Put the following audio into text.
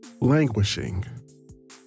languishing